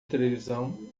televisão